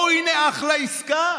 הינה, אחלה עסקה.